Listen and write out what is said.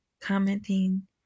commenting